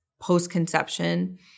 post-conception